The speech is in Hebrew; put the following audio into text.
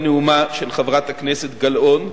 על נאומה של חברת הכנסת גלאון,